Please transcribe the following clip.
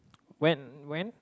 when when